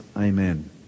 Amen